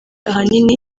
ahanini